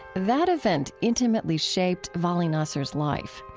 that event intimately shaped vali nasr's life.